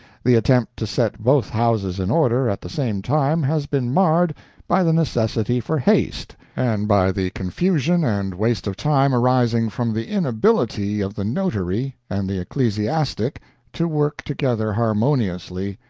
the attempt to set both houses in order at the same time has been marred by the necessity for haste and by the confusion and waste of time arising from the inability of the notary and the ecclesiastic to work together harmoniously,